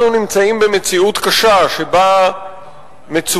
אנחנו נמצאים במציאות קשה שבה מצוקה,